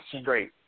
Straight